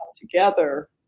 together